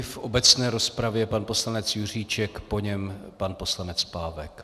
V obecné rozpravě pan poslanec Juříček, po něm pan poslanec Pávek.